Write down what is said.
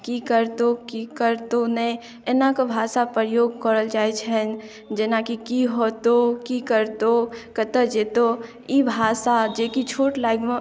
की करतौ की करतौ नहि एना कऽ भाषा प्रयोग करल जाइत छनि जेनाकि की होतौ की करतौ कतय जेतौ ई भाषा जेकि छोट लगमे